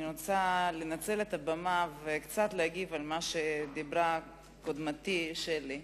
אני רוצה לנצל את הבמה וקצת להגיב על מה שדיברה קודמתי שלי.